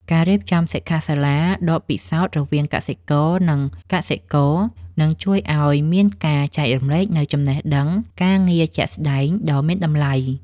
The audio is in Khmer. ការរៀបចំសិក្ខាសាលាដកពិសោធន៍រវាងកសិករ និងកសិករនឹងជួយឱ្យមានការចែករំលែកនូវចំណេះដឹងការងារជាក់ស្តែងដ៏មានតម្លៃ។